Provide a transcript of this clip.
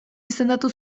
izendatu